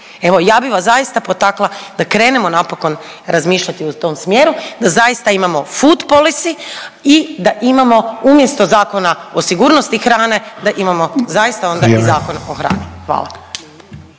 Evo ja bi vas zaista potakla da krenemo napokon razmišljati u tom smjeru, da zaista imamo fut polisi i da imamo umjesto Zakona o sigurnosti hrane da imamo zaista onda …/Upadica: